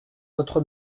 votre